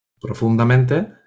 profundamente